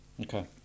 Okay